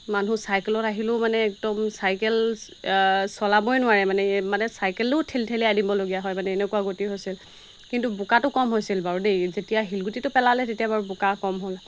মানুহ চাইকেলত আহিলেও মানে একদম চাইকেল চলাবই নোৱাৰে মানে মানে চাইকেলো ঠেলি ঠেলি আনিববলগীয়া হয় মানে এনেকুৱা গতি হৈছিল কিন্তু বোকাটো কম হৈছিল বাৰু দেই যেতিয়া শিলগুটিটো পেলালে তেতিয়া বাৰু বোকা কম হ'ল